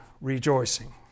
rejoicing